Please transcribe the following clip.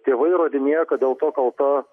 tėvai įrodinėja kad dėl to kalta